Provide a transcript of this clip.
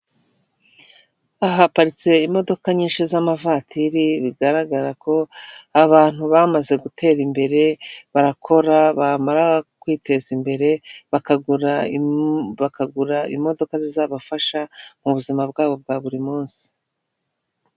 Ahaparitse imodoka nyinshi z'amavatiri, bigaragara ko abantu bamaze gutera imbere. Barakora bamara kwiteza imbere bakagura bakagura imodoka zizabafasha mu buzima bwabo bwa buri munsi.